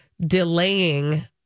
delaying